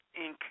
Inc